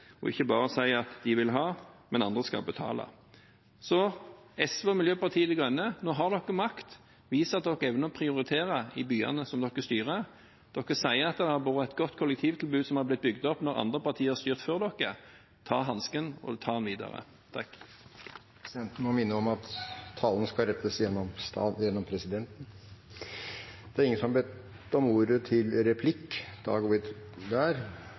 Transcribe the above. og ikke bare si at de vil ha, men andre skal betale. Så til SV og Miljøpartiet De Grønne: Nå har dere makt. Vis at dere evner å prioritere i byene som dere styrer. Dere sier at det har vært et godt kollektivtilbud som har blitt bygd opp når andre parti har styrt før dere. Ta hansken, og ta den videre! Presidenten må minne om at talen skal rettes gjennom presidenten. Det blir replikkordskifte. Jeg vet ikke om